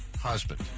husband